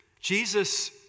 Jesus